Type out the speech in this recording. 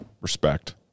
Respect